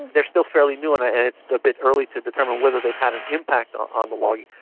they are still fairly new and and it's a bit early to determine whether they've had an impact on on the logging,